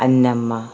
Annamma